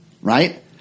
right